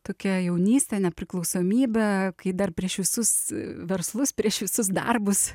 tokia jaunyste nepriklausomybe kai dar prieš visus verslus prieš visus darbus